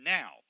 now